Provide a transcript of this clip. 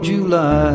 July